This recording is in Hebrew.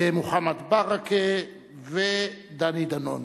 מוחמד ברכה ודני דנון.